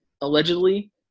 allegedly